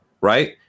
right